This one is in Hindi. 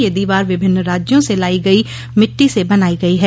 ये दीवार विभिन्न राज्यों से लाई गई मिट्टी स बनाई गई है